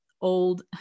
old